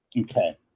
Okay